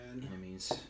enemies